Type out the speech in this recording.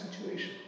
situation